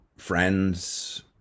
Friends